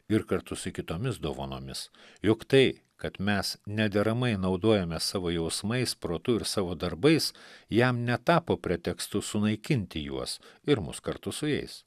ir kartu su kitomis dovanomis juk tai kad mes nederamai naudojamės savo jausmais protu ir savo darbais jam netapo pretekstu sunaikinti juos ir mus kartu su jais